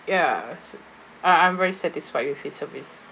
ya uh I'm very satisfied with his service